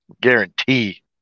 guarantee